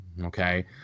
Okay